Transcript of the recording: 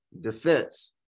defense